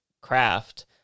craft